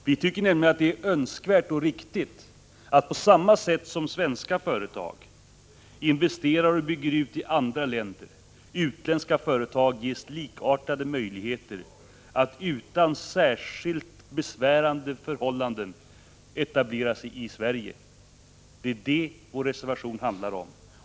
Vi tycker nämligen att det är önskvärt och riktigt att, på samma sätt som svenska företag investerar och bygger ut i andra länder, utländska företag ges likartade möjligheter att utan särskilt besvärande förhållanden etablera sig i Sverige. Det är det vår reservation handlar om.